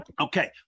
Okay